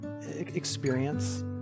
experience